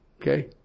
Okay